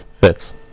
fits